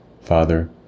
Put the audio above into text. Father